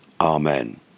Amen